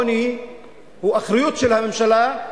עוני הוא האחריות של הממשלה,